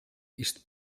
ist